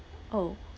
oh